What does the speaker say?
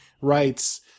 writes